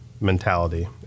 mentality